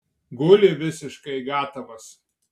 guli visiškai gatavas